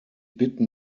bitten